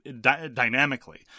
dynamically